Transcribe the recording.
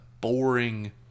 boring